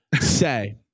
say